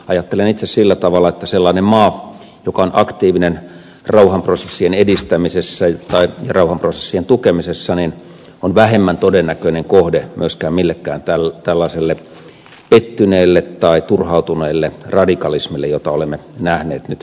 ajattelen itse sillä tavalla että sellainen maa joka on aktiivinen rauhanproses sien edistämisessä tai rauhanprosessien tukemisessa on vähemmän todennäköinen kohde myöskin tällaiselle pettyneelle tai turhautuneelle radikalismille jota olemme nähneet nyt myöskin euroopassa